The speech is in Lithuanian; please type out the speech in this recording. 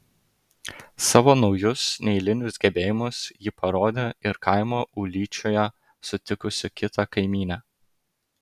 savo naujus neeilinius gebėjimus ji parodė ir kaimo ūlyčioje sutikusi kitą kaimynę